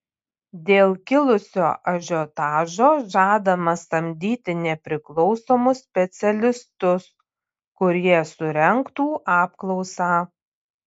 dėl kilusio ažiotažo žadama samdyti nepriklausomus specialistus kurie surengtų apklausą